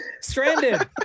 Stranded